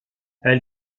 elle